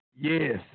yes